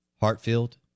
Hartfield